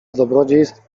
dobrodziejstw